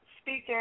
speaking